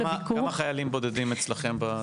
כמה חיילים בודדים אצלכם?